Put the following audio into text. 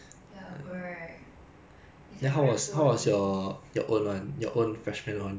my own ah it could have been better lah honestly 对电脑讲话很 tiring eh